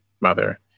mother